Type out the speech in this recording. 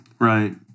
Right